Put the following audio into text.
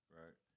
right